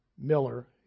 Miller